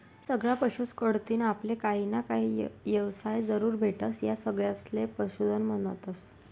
सगळा पशुस कढतीन आपले काहीना काही येवसाय जरूर भेटस, या सगळासले पशुधन म्हन्तस